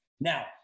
Now